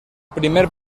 primer